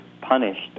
punished